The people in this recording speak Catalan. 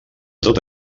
tot